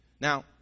Now